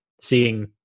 seeing